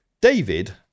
David